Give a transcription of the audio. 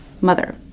Mother